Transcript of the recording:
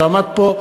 שעמד פה: